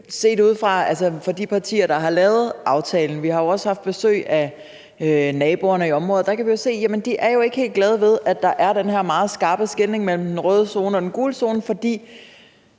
til de partier, der har lavet aftalen, vil jeg sige, at vi jo også har haft besøg af naboerne i området, og der kan vi se, at de ikke er helt glade ved, at der er den her skarpe skelnen mellem den røde zone og den gule zone. For